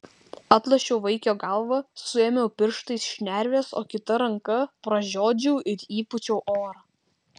atlošiau vaikio galvą suėmiau pirštais šnerves o kita ranka pražiodžiau ir įpūčiau orą